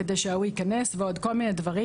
כדי שההוא ייכנס", ועוד כל מיני דברים.